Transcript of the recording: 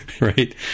right